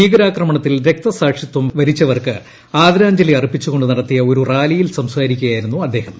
ഭീകരാക്രമണത്തിൽ രക്തസാ ക്ഷിത്വം വരിച്ചവർക്ക് ആദ്യാർജ്ജലി അർപ്പിച്ചുകൊണ്ട് നടത്തിയ ഒരു റാലിയിൽ സ്കാസ്ട്രീക്കുകയായിരുന്നു അദ്ദേഹം